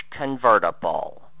convertible